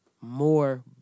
More